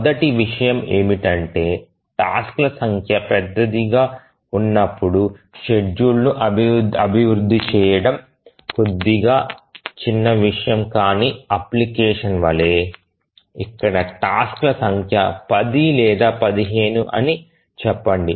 మొదటి విషయం ఏమిటంటే టాస్క్ ల సంఖ్య పెద్దదిగా ఉన్నప్పుడు షెడ్యూల్ను అభివృద్ధి చేయడం కొద్దిగా చిన్న విషయం కానీ అప్లికేషన్ వలె ఇక్కడ టాస్క్ ల సంఖ్య 10 లేదా 15 అని చెప్పండి